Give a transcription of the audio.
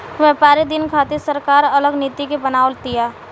व्यापारिक दिन खातिर सरकार अलग नीति के बनाव तिया